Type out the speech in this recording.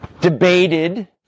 debated